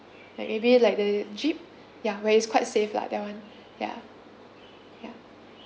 like maybe like the jeep yeah where it's quite safe lah that [one] yeah yeah